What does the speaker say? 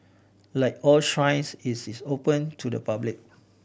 like all shrines is is open to the public